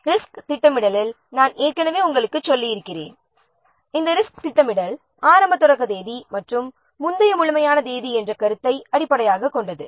risk திட்டமிடலில் நான் ஏற்கனவே உங்களுக்குச் சொல்லியிருக்கிறேன் இந்த ரிஸ்க் திட்டமிடலானது இயர்லியஸ்ட் ஸ்டார்ட டேட் மற்றும் இயர்லியஸ்ட் கம்ப்லீஷன் டேட் கான்செப்டை அடிப்படையாகக் கொண்டது